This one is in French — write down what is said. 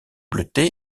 bleuté